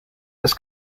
has